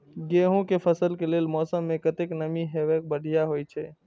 गेंहू के फसल के लेल मौसम में कतेक नमी हैब बढ़िया होए छै?